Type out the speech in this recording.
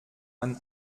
man